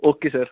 okay sir